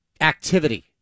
activity